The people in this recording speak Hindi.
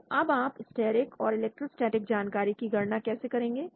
तो अब आप स्टेरिक और इलेक्ट्रोस्टेटिक जानकारी की गणना कैसे करेंगे